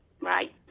Right